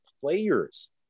players